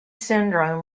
syndrome